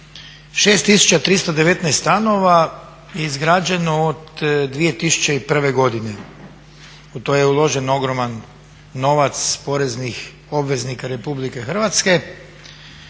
6319 stanova je izgrađeno od 2001. godine. U to je uložen ogroman novac poreznih obveznika RH. I danas